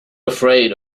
afraid